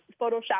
photoshopped